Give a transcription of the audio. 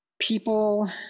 people –